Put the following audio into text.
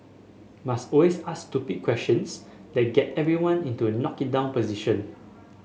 must always ask stupid questions that get everyone into knock it down position